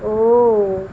اوہ